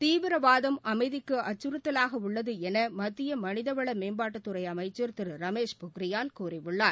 தீவிரவாதம் அமைதிக்கு அச்சுறுத்தலாக உள்ளது என மத்திய மனித வள மேம்பாட்டுத்துறை அமைச்சர் திரு ரமேஷ் பொக்ரியால் கூறியுள்ளார்